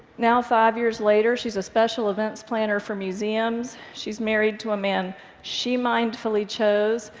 now, five years later, she's a special events planner for museums. she's married to a man she mindfully chose.